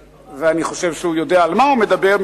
ואני חושב שהוא יודע על מה הוא מדבר,